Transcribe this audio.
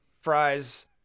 fries